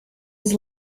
was